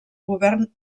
govern